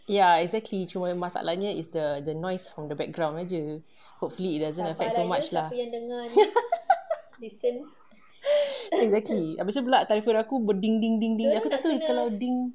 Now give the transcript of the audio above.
ya exactly cuma masalahnya is the noise from the background aje hopefully it doesn't affect so much lah exactly habis-tu pula telefon aku aku tak tahu